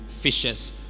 Fishes